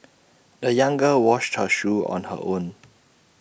the young girl washed her shoes on her own